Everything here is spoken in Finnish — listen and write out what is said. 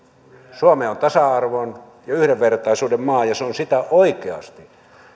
suomi on tasa arvon ja yhdenvertaisuuden maa ja se on sitä oikeasti